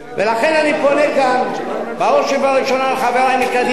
לכן אני פונה כאן בראש ובראשונה לחברי מקדימה.